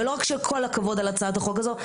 ולא רק שכל הכבוד על הצעת החוק הזו,